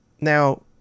Now